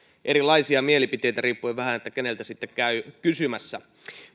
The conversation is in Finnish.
erilaisia mielipiteitä riippuen vähän siitä keneltä sitten käy kysymässä